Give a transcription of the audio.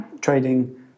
trading